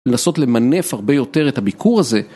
לנסות למנף הרבה יותר את הביקור הזה.